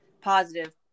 positive